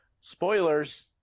spoilers